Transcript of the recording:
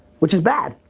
which is bad.